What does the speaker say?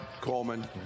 Coleman